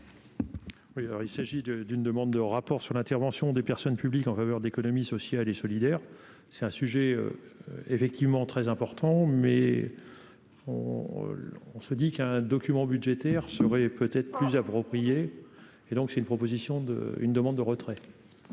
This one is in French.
il s'agit de d'une demande de rapport sur l'intervention des personnes publiques en faveur d'économie sociale et solidaire, c'est un sujet effectivement très important mais on on se dit qu'un document budgétaire serait peut-être plus approprié et donc c'est une proposition d'une demande de retrait.